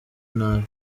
nabi